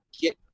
get